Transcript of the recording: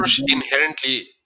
inherently